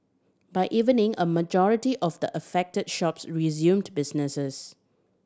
by evening a majority of the affected shops resumed businesses